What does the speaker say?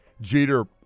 Jeter